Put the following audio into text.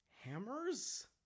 Hammers